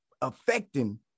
affecting